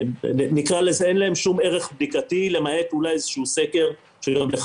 אין להם שום ערך בדיקתי למעט סקר שגם לך